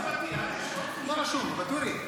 מה רשום, ואטורי?